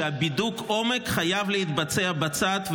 שבידוק העומק חייב להתבצע בצד,